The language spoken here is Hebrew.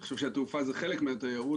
אני חושב שהתעופה זה חלק מהתיירות,